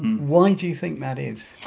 why do you think that is?